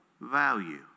value